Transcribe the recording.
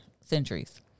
centuries